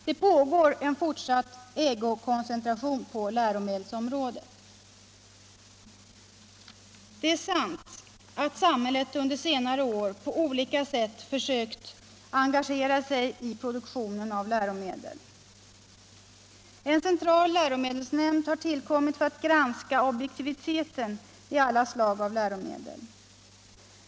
Det sker en fortsatt ägarkoncentration när det gäller företagen på läromedelsområdet. Det är sant att samhället under senare år på olika sätt försökt engagera sig i produktionen av läromedel. En central läromedelsnämnd har tillkommit för att granska objektiviteten i alla slag av läromedel.